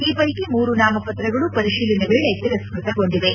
ಈ ಪೈಕಿ ಮೂರು ನಾಮಪತ್ರಗಳು ಪರಿಶೀಲನೆ ವೇಳೆ ತಿರಸ್ಟತಗೊಂಡಿವೆ